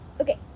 okay